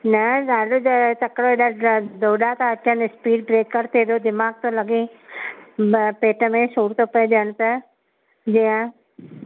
न दादा त तकिड़ो त डोडा त अचनि स्पीड ब्रेकर ते एॾो दीमाग़ु थो लॻे ब पेट में सूर थो पए जाम त जीअं